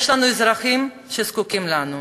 יש לנו אזרחים שזקוקים לנו.